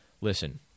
Listen